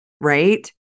right